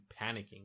panicking